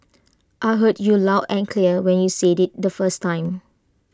I heard you loud and clear when you said IT the first time